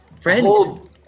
Friend